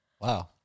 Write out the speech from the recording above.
wow